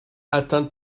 atteinte